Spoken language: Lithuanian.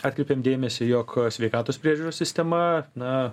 atkreipėm dėmesį jog sveikatos priežiūros sistema na